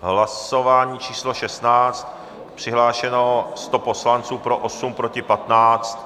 Hlasování číslo 16. Přihlášeno 100 poslanců, pro 8, proti 15.